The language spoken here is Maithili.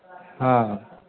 हँ